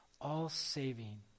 all-saving